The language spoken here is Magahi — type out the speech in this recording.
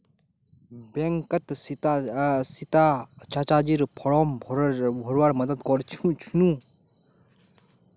बैंकत सीता चाचीर फॉर्म भरवार मदद कर छिनु